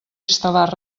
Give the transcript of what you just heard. instal·lar